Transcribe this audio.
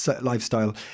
lifestyle